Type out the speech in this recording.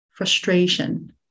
frustration